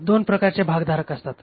तर दोन महत्वाचे भागधारक असतात